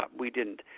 but we didn't.